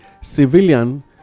civilian